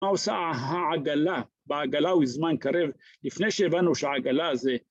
‫מה עושה העגלה? בעגלה ובזמן קרב. ‫לפני שהבנו שהעגלה זה...